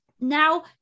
now